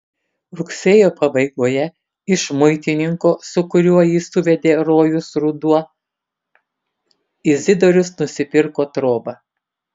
rugsėjo pabaigoje iš muitininko su kuriuo jį suvedė rojus ruduo izidorius nusipirko trobą